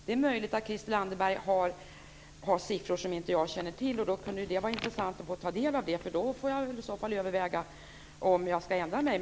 Det är möjligt att Christel Anderberg har siffror som jag inte känner till, och det kunde i så fall vara intressant att få ta del av dem. Då får jag överväga om jag ska ändra mig.